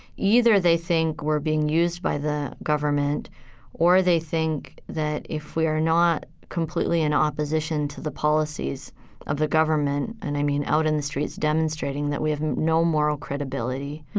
either they think we're being used by the government or they think that if we are not completely in opposition to the policies of the government, and i mean out in the streets demonstrating, that we have no moral credibility,